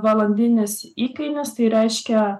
valandinis įkainis tai reiškia